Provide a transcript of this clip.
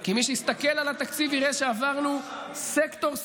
כי מי שהסתכל על התקציב יראה שעברנו סקטור-סקטור,